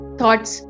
thoughts